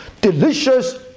delicious